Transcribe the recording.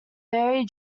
very